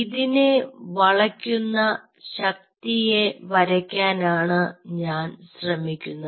ഇതിനെ വളയ്ക്കുന്ന ശക്തിയെ വരയ്ക്കാനാണ് ഞാൻ ശ്രമിക്കുന്നത്